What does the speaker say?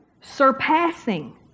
surpassing